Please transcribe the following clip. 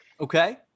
okay